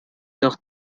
doch